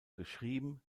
geschrieben